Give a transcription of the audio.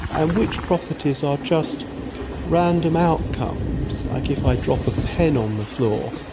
and which properties are just random outcomes, like if i drop a pen on the floor,